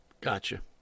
Gotcha